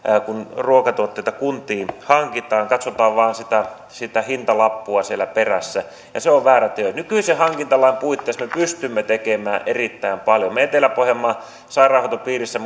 kun ruokatuotteita kuntiin hankitaan katsotaan vain sitä hintalappua siellä perässä ja se on väärä tie nykyisen hankintalain puitteissa me pystymme tekemään erittäin paljon me muun muassa etelä pohjanmaan sairaanhoitopiirissä